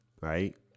right